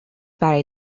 برای